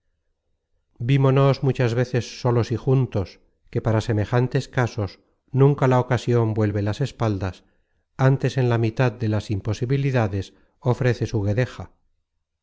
vímonos muchas veces solos y juntos que para semejantes casos nunca la ocasion vuelve las espaldas antes en la mitad de las imposibilidades ofrece su guedeja